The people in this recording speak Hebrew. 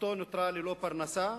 משפחתו נותרה ללא פרנסה,